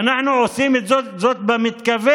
ואנחנו עושים זאת במתכוון?